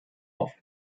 auf